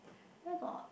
where got